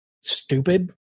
stupid